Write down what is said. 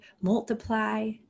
multiply